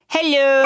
Hello